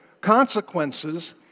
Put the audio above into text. consequences